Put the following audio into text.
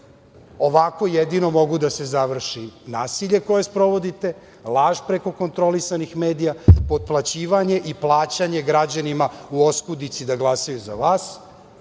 Ovako jedino mogu da se završi nasilje koje sprovodite, laž preko kontrolisanih medija, potplaćivanje i plaćanje građanima u oskudici, da glasaju za vas.